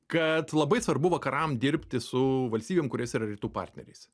kad labai svarbu vakaram dirbti su valstybėm kuris yra rytų partneriais